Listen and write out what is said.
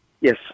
Yes